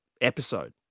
episode